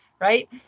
right